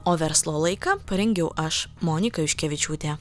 o verslo laiką parengiau aš monika juškevičiūtė